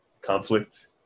conflict